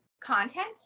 content